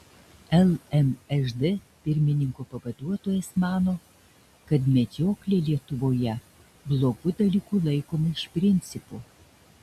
lmžd pirmininko pavaduotojas mano kad medžioklė lietuvoje blogu dalyku laikoma iš principo